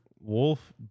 wolf